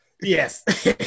yes